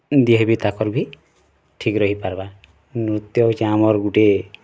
ଦିହେଁ ବି ତାକର୍ ବି ଠିକ୍ ରହି ପାରବା ନୃତ୍ୟ ହଉଛି ଆମର୍ ଗୁଟିଏ